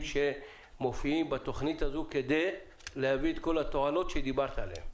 שמופיעים בתוכנית הזו כדי להביא את כל התועלות שדיברת עליהם.